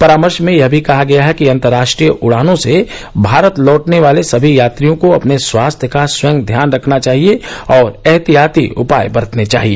परामर्श में यह भी कहा गया है कि अंतर्राष्ट्रीय उडानों से भारत लौटने वाले समी यात्रियों को अपने स्वास्थ्य का स्वयं ध्यान रखना चाहिए और एहतियाती उपाय बरतने चाहिए